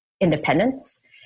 independence